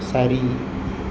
சரி